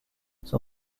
son